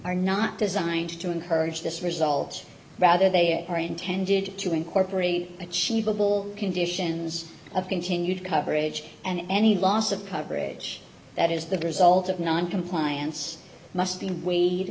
are not designed to encourage this result rather they are intended to incorporate achievable conditions of continued coverage and any loss of coverage that is the result of noncompliance must be weighed